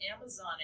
Amazon